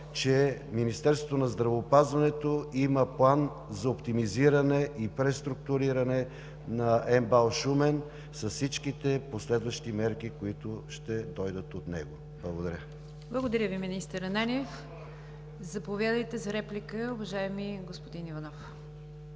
че Министерството на здравеопазването има план за оптимизиране и преструктуриране на МБАЛ – Шумен, с всичките последващи мерки, които ще дойдат от него. Благодаря. ПРЕДСЕДАТЕЛ НИГЯР ДЖАФЕР: Благодаря Ви, министър Ананиев. Заповядайте за реплика, уважаеми господин Иванов.